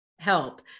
help